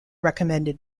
recommended